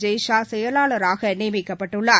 ஜெய் ஷா செயலாளராக நியமிக்கப்பட்டுள்ளார்